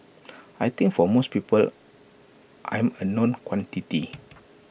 I think for most people I'm A known quantity